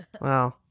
Wow